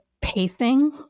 pacing